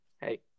Hey